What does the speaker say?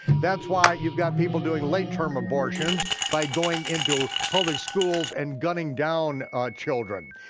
that's why you've got people doing late term abortions by going into public schools and gunning down children.